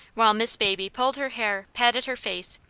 while miss baby pulled her hair, patted her face,